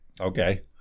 Okay